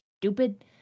stupid